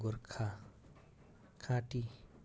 Gorkha खाँटी